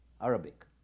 Arabic